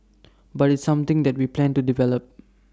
but it's something that we plan to develop